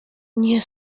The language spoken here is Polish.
nie